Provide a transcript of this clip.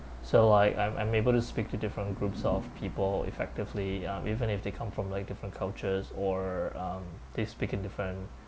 so like I'm I'm able to speak to different groups of people effectively um even if they come from like different cultures or um they speak in different